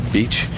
Beach